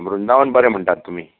वृंदावन बरें म्हणटात तुमी